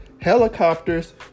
Helicopters